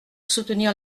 soutenir